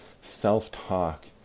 self-talk